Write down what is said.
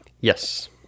Yes